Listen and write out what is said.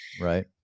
right